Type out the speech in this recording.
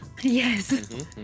Yes